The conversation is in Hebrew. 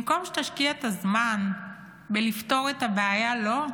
במקום שתשקיע את הזמן בלפתור את הבעיה, לא,